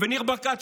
ניר ברקת,